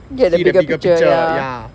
see the bigger picture ya